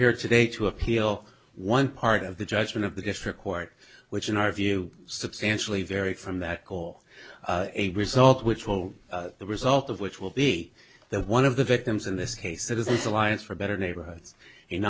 here today to appeal one part of the judgment of the district court which in our view substantially varied from that goal a result which will the result of which will be that one of the victims in this case it is alliance for better neighborhoods a